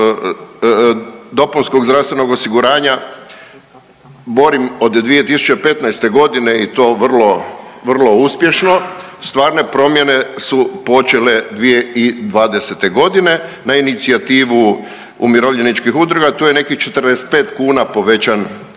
dopunskog zdravstvenog osiguranja borim od 2015. godine i to vrlo, vrlo uspješno, stvarne promjene su počele 2020. godine na inicijativu umirovljeničkih udruga. Tu je nekih 45 kuna povećan